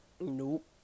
Nope